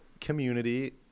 community